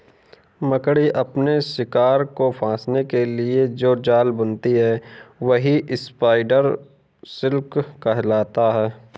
मकड़ी अपने शिकार को फंसाने के लिए जो जाल बुनती है वही स्पाइडर सिल्क कहलाता है